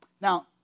Now